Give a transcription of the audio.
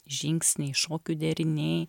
žingsniai šokių deriniai